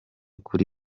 kuri